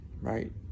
right